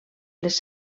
les